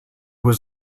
was